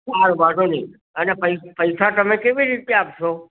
સારું વાંધો નહીં અને પૈસા પૈસા તમે કેવી રીતે આપશો